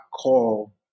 call